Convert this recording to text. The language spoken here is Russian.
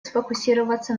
сфокусироваться